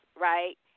right